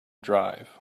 drive